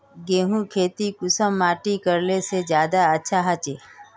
गेहूँर खेती कुंसम माटित करले से ज्यादा अच्छा हाचे?